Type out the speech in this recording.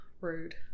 Rude